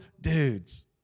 dudes